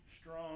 strong